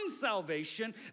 salvation